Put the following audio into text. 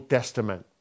Testament